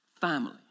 family